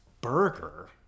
burger